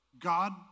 God